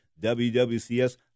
WWCS